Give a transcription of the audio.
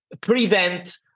prevent